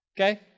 okay